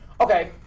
Okay